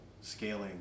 scaling